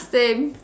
same